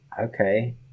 okay